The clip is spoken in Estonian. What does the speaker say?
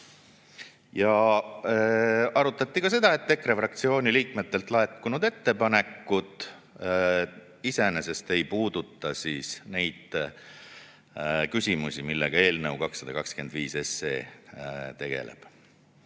Arutati ka seda, et EKRE fraktsiooni liikmetelt laekunud ettepanekud iseenesest ei puuduta neid küsimusi, millega eelnõu 225 tegeleb.